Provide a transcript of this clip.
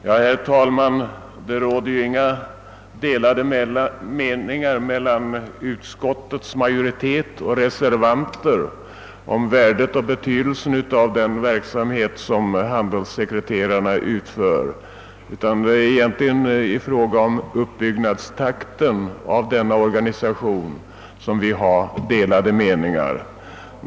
Herr talman! Det råder inga delad meningar mellan utskottets majoritet och reservanter om värdet och betydelsen av den verksamhet som handelssekreterarna utför, utan det är egentligen i fråga om uppbyggnadstakten för denna organisation som vi har delade meningar.